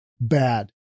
bad